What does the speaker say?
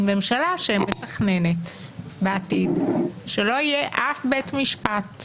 ממשלה שמתכננת בעתיד שלא יהיה אף בית משפט,